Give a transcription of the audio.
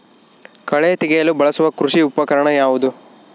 ಕಳೆ ತೆಗೆಯಲು ಬಳಸುವ ಕೃಷಿ ಉಪಕರಣ ಯಾವುದು?